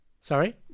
Sorry